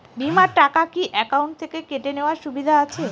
বিমার টাকা কি অ্যাকাউন্ট থেকে কেটে নেওয়ার সুবিধা আছে?